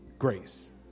grace